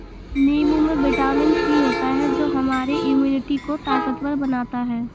नींबू में vitamin C होता है जो हमारे इम्यूनिटी को ताकतवर बनाता है